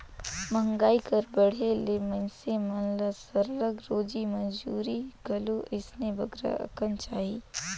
मंहगाई कर बढ़े ले मइनसे मन ल सरलग रोजी मंजूरी घलो अइसने बगरा अकन चाही